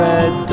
Red